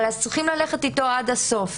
אבל צריכים ללכת אתו עד הסוף.